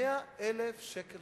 ו-100,000 שקלים